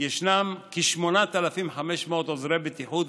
יש כ-8,500 עוזרי בטיחות,